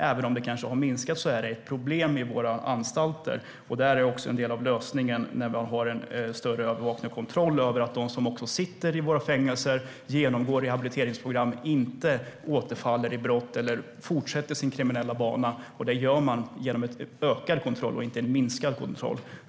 Även om drogmissbruket har minskat så är det ett problem på anstalterna. En del av lösningen är att man har större kontroll och övervakning över att de som sitter i fängelserna genomgår rehabiliteringsprogram, inte återfaller i brott eller fortsätter sin kriminella bana. Då behövs det en ökad och inte en minskad kontroll.